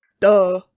duh